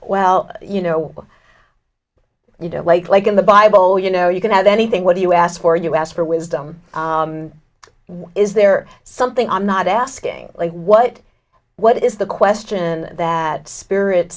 well you know you know like like in the bible you know you can have anything what do you ask for you ask for wisdom is there something i'm not asking what what is the question that spirit